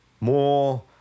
more